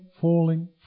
falling